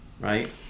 Right